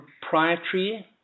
proprietary